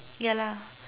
ya lah